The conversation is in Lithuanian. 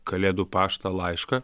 kalėdų paštą laišką